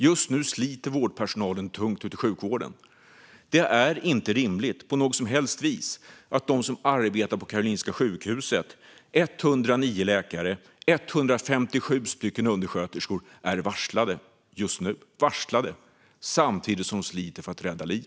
Just nu sliter vårdpersonalen hårt ute i sjukvården. Det är inte rimligt på något som helst vis att 109 läkare och 157 undersköterskor som arbetar på Karolinska sjukhuset är varslade just nu, samtidigt som de sliter för att rädda liv.